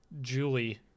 Julie